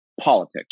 politics